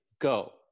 Go